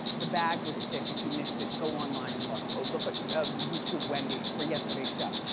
the bag was sick, if you missed it go online and look. look at youtube wendy for yesterday's show.